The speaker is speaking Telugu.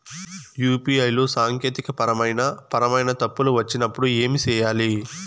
యు.పి.ఐ లో సాంకేతికపరమైన పరమైన తప్పులు వచ్చినప్పుడు ఏమి సేయాలి